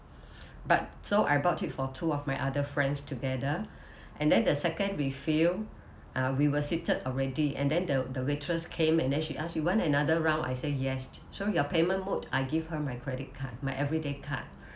but so I bought it for two of my other friends together and then the second refill uh we were seated already and then the the waitress came and then she ask you want another round I say yes so your payment mode I give her my credit card my everyday card